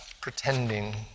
pretending